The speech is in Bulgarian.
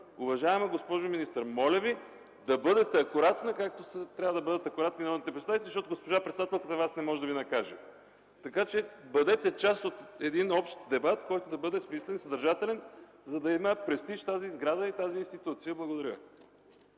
Уважаема госпожо министър, моля Ви, да бъдете акуратна, както трябва да бъдат акуратни и народните представители, защото Вас госпожа председателката не може да Ви накаже. Така че бъдете част от един общ дебат, който да бъде смислен и съдържателен, за да има престиж тази сграда и тази институция. Благодаря.